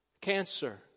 Cancer